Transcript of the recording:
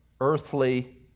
earthly